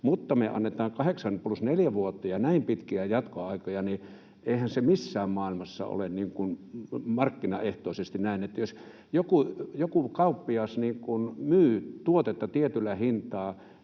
kun me annetaan 8 plus 4 vuotta ja näin pitkiä jatkoaikoja, niin eihän se missään maailmassa ole markkinaehtoisesti näin, että jos joku kauppias myy tuotetta tietyllä hintaa,